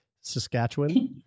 Saskatchewan